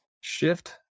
shift